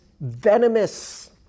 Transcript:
venomous